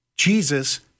Jesus